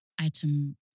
item